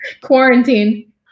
Quarantine